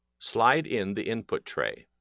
slide in the input tray.